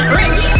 rich